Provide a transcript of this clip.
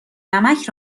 نمک